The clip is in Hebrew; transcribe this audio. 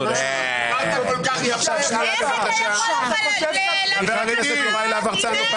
איך אתה יכול --- חבר הכנסת יוראי להב הרצנו,